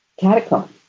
catacomb